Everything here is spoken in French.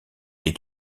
est